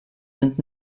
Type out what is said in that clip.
sind